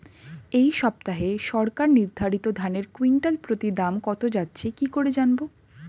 এই সপ্তাহে সরকার নির্ধারিত ধানের কুইন্টাল প্রতি দাম কত যাচ্ছে কি করে জানবো?